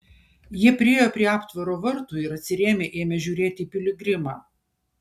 jie priėjo prie aptvaro vartų ir atsirėmę ėmė žiūrėti į piligrimą